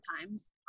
times